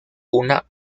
una